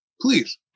please